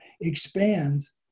expands